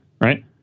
right